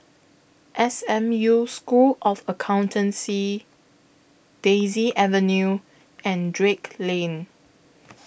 S M U School of Accountancy Daisy Avenue and Drake Lane